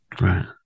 Right